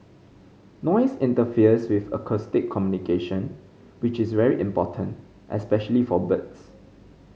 noise interferes with acoustic communication which is very important especially for birds